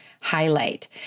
highlight